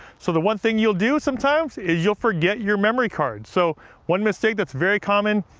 so the one thing you'll do sometimes is you'll forget your memory card. so one mistake that's very common.